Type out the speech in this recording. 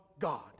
God